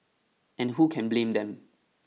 and who can blame them